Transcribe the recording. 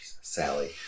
Sally